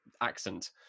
accent